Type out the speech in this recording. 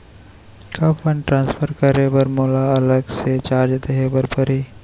का fund transfer करे बर मोला अलग से चार्ज देहे बर परही?